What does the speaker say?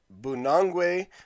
Bunangwe